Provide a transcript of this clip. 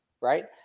right